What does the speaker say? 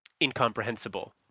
incomprehensible